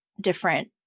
different